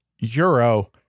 euro